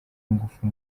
ingufu